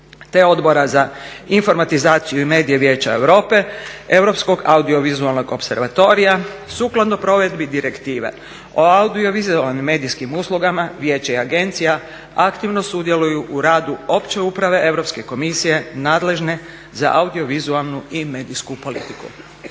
te Odbora za informatizaciju i medije Vijeća Europe, Europskog audiovizualnog opservatorija. Sukladno provedbi Direktive o audiovizualnim medijskim uslugama vijeće i agencija aktivno sudjeluju u radu opće uprave Europske komisije nadležne za audiovizualnu i medijsku politiku.